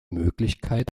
möglichkeit